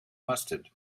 mustard